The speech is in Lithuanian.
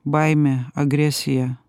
baimė agresija